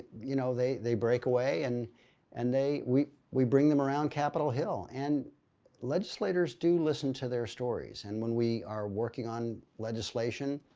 you know, they they break away and and we we bring them around capitol hill. and legislators do listen to their stories and when we are working on legislation,